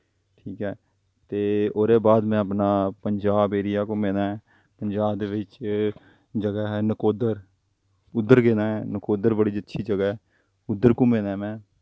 ते ओह्दे बाद में अपना पंज़ाब एरिया घूमे दा ऐं पंजाब दे बिच्च जगह् ऐ नकोदर उद्धर गेदा ऐं नकोदर बड़ी अच्छी जगह् ऐ उद्धर घूमे दा ऐ में